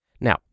Now